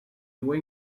due